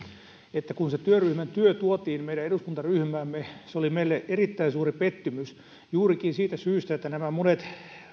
että kun se työryhmän työ tuotiin meidän eduskuntaryhmäämme se oli meille erittäin suuri pettymys juurikin siitä syystä että nämä monet